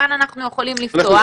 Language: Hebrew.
כאן אנחנו יכולים לפתוח.